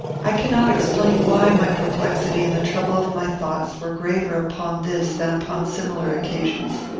i cannot explain why my perplexity and the trouble of my thoughts were greater upon this than upon similar occasions.